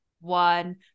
one